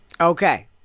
okay